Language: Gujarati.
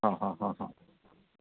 હં હં હં હં